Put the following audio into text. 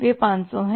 वे 500 हैं